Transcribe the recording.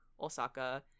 osaka